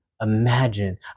Imagine